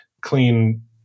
clean